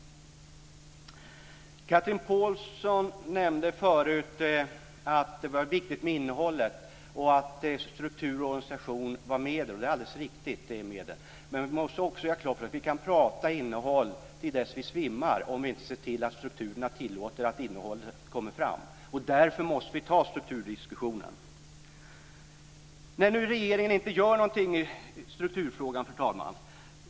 Chatrine Pålsson nämnde förut att det var viktigt med innehållet och att struktur och organisation var medel. Det är alldeles riktigt. Men vi måste också göra klart för oss att vi kan prata om innehåll till dess att vi svimmar om vi inte ser till att strukturerna tilllåter att innehållet kommer fram. Därför måste vi ta strukturdiskussionen. Regeringen gör inte någonting i strukturfrågan, fru talman.